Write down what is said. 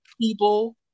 people